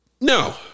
No